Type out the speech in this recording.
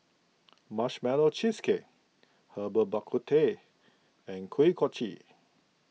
Marshmallow Cheesecake Herbal Bak Ku Teh and Kuih Kochi